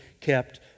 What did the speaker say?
kept